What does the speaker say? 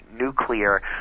nuclear